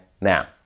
Now